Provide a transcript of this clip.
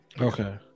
Okay